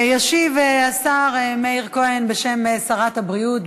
ישיב השר מאיר כהן בשם שרת הבריאות.